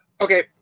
okay